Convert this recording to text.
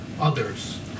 others